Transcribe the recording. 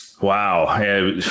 wow